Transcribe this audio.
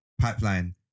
pipeline